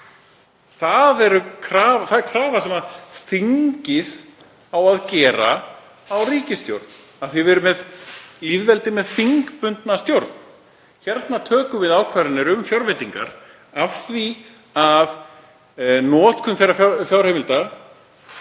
Það er krafa sem þingið á að gera á ríkisstjórn af því að við erum lýðveldi með þingbundna stjórn. Við tökum hér ákvarðanir um fjárveitingar af því að við metum notkun þeirra fjárheimilda